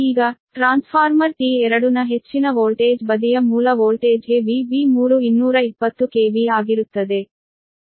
ಈಗ transformer T2 ನ ಹೆಚ್ಚಿನ ವೋಲ್ಟೇಜ್ ಬದಿಯ ಮೂಲ ವೋಲ್ಟೇಜ್ಗೆ VB3 220 KV ಆಗಿರುತ್ತದೆ